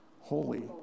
holy